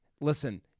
Listen